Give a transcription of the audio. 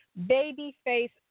Babyface